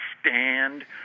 stand